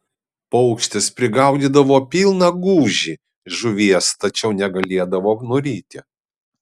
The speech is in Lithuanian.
paukštis prigaudydavo pilną gūžį žuvies tačiau negalėdavo nuryti